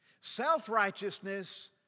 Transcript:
Self-righteousness